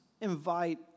invite